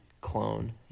clone